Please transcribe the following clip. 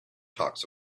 talks